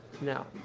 Now